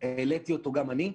העליתי אותו גם אני.